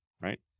right